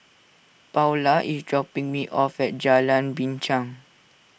Paula is dropping me off at Jalan Binchang